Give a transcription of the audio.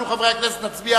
אנחנו,